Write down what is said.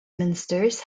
ministers